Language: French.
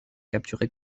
capturés